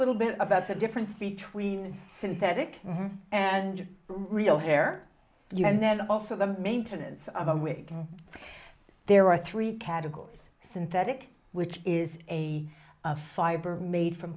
little bit about the difference between synthetic and real hair you and then also the maintenance of a wig there are three categories synthetic which is a fiber made from